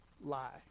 lie